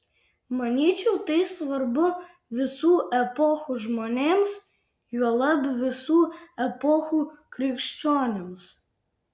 manyčiau tai svarbu visų epochų žmonėms juolab visų epochų krikščionims